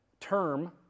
term